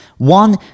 one